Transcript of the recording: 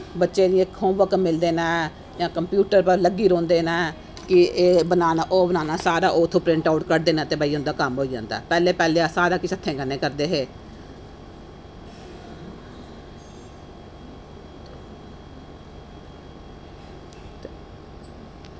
बच्चें गी home work मिलदे नै जां कंप्यूटर पर लग्गे रौंह्दे नै कि एह् बनाना ओह् बनाना सारा ओह् उत्थें प्रिंट अउट करदे नै ते भाई उं'दा कम्म होई जंदा पैह्लें पैह्लें सारा किश हत्थैं कन्नै करदे हे